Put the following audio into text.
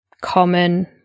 common